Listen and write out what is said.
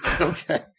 Okay